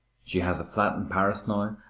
she has a flat in paris now,